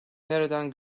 nereden